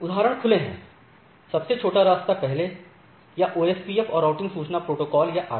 उदाहरण खुले हैं सबसे छोटा रास्ता पहले या OSPF और राउटिंग सूचना प्रोटोकॉल या RIP